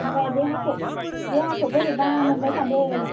ओमफ्राय देहाखौ बोरैबा मोनबाय थादों